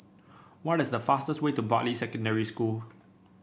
what is the fastest way to Bartley Secondary School